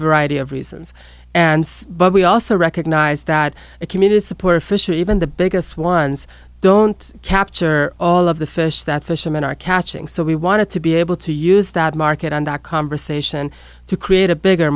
variety of reasons and but we also recognize that a community supported fishery even the biggest ones don't capture all of the fish that fishermen are catching so we wanted to be able to use that market on that conversation to create a bigger